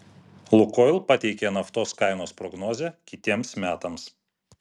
lukoil pateikė naftos kainos prognozę kitiems metams